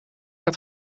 het